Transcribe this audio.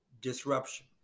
disruption